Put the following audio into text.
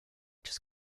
just